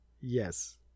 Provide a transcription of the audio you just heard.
Yes